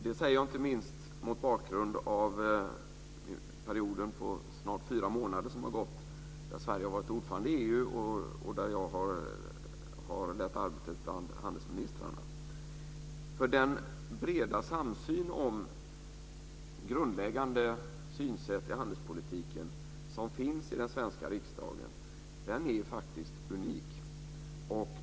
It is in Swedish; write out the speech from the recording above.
Det säger jag inte minst mot bakgrund av de snart fyra månader som gått med Sverige som ordförande i EU och då jag har lett arbetet bland handelsministrarna. Den breda samsyn kring grundläggande synsätt i handelspolitiken som finns i den svenska riksdagen är faktiskt unik.